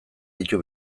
ditu